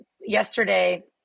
yesterday